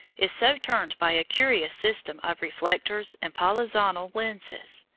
is so turned by a curious system of reflectors and polyzonal lenses,